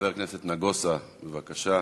חבר הכנסת נגוסה, בבקשה.